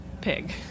pig